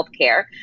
healthcare